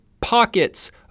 pockets